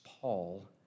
Paul